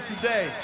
today